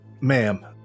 Ma'am